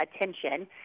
attention